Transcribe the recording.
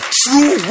true